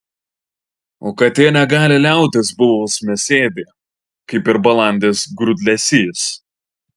o katė negali liautis buvus mėsėdė kaip ir balandis grūdlesys